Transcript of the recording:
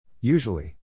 Usually